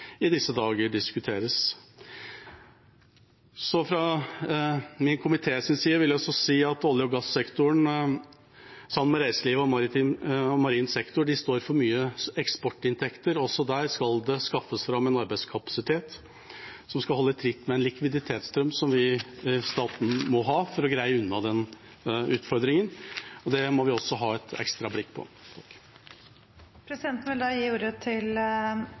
i disse dager diskuteres. Fra min komités side vil jeg også si at olje- og gassektoren, sammen med reiseliv og marin sektor, står for mye eksportinntekter, og også der skal det skaffes fram en arbeidskapasitet som skal holde tritt med en likviditetsstrøm som vi i staten må ha for å greie denne utfordringen. Det må vi også ha et ekstra blikk på. Presidenten vil da gi ordet til